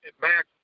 back